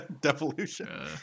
Devolution